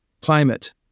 climate